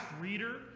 reader